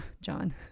John